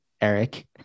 Eric